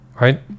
right